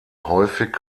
häufig